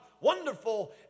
Wonderful